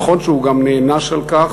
נכון שהוא גם נענש על כך,